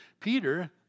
Peter